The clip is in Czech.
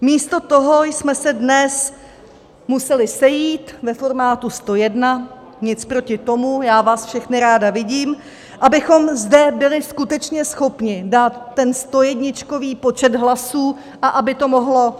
Místo toho jsme se dnes museli sejít ve formátu 101 nic proti tomu, já vás všechny ráda vidím abychom zde byli skutečně schopni dát ten stojedničkový počet hlasů a aby to mohlo projít.